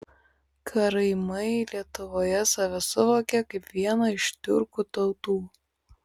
karaimai lietuvoje save suvokia kaip vieną iš tiurkų tautų